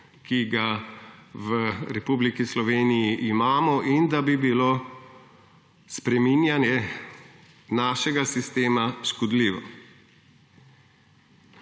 ki ga v Republiki Sloveniji imamo, in da bi bilo spreminjanje našega sistema škodljivo.